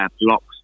blocks